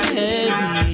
heavy